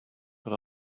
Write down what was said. but